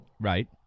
Right